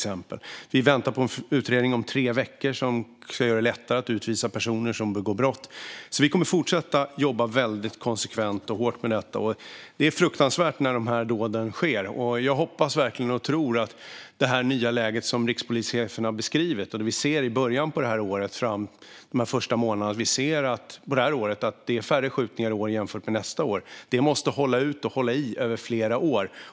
Om tre veckor kommer en utredning som ska göra det lättare att utvisa personer som begår brott. Vi kommer att fortsätta att jobba väldigt konsekvent och hårt med detta. Det är fruktansvärt när dessa dåd sker. Jag hoppas och tror att det nya läge som rikspolischefen har beskrivit och som vi sett under de första månaderna av det här året, där det varit färre skjutningar jämfört med förra året, kommer att hålla i sig över flera år.